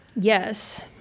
Yes